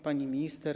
Pani Minister!